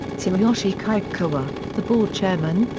tsuyoshi kikukawa, the board chairman,